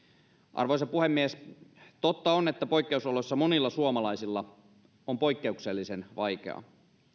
arvoisa puhemies totta on että poikkeusoloissa monilla suomalaisilla on poikkeuksellisen vaikeaa